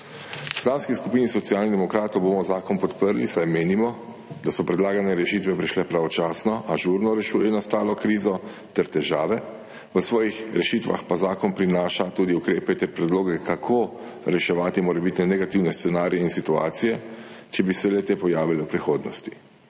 V Poslanski skupini Socialnih demokratov bomo zakon podprli, saj menimo, da so predlagane rešitve prišle pravočasno, ažurno rešujejo nastalo krizo ter težave, v svojih rešitvah pa zakon prinaša tudi ukrepe ter predloge, kako reševati morebitne negativne scenarije in situacije, če bi se le-te pojavile v prihodnosti.